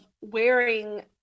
Wearing